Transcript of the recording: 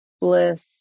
bliss